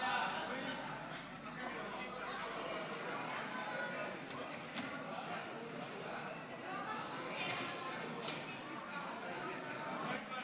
להעביר את הצעת חוק לתיקון פקודת מיסי